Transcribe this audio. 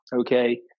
okay